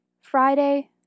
Friday